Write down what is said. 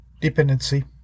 dependency